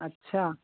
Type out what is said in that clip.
अच्छा